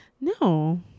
No